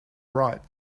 right